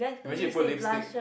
imagine you put lipstick